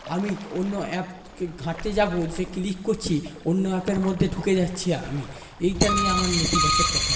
আমি অন্য অ্যাপকে ঘাঁটতে যাবো যে ক্লিক করছি অন্য অ্যাপের মধ্যে ঢুকে যাচ্ছি আমি এইটা নিয়ে আমার নেতিবাচক কথা